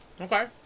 Okay